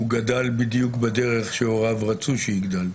הוא גדל בדיוק בדרך שהוריו רצו שיגדל.